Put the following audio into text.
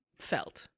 Felt